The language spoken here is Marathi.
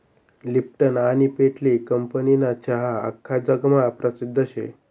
लिप्टन आनी पेटली कंपनीना चहा आख्खा जगमा परसिद्ध शे